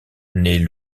naît